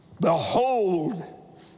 behold